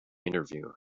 interview